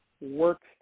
works